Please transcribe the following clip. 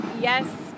yes